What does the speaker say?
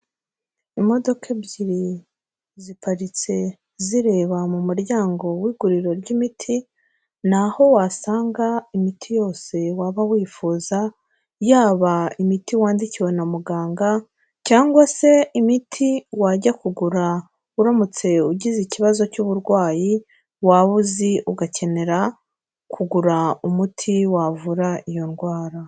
Imodoka ebyiri ziparitse zireba mu muryango w'iguriro ry'imiti, ni aho wasanga imiti yose waba wifuza, yaba imiti wandikiwe na muganga cyangwa se imiti wajya kugura uramutse ugize ikibazo cy'uburwayi, waba uzi ugakenera kugura umuti wavura iyo ndwara.